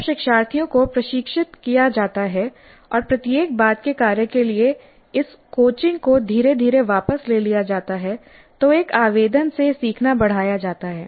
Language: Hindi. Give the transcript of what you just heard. जब शिक्षार्थियों को प्रशिक्षित किया जाता है और प्रत्येक बाद के कार्य के लिए इस कोचिंग को धीरे धीरे वापस ले लिया जाता है तो एक आवेदन से सीखना बढ़ाया जाता है